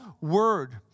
word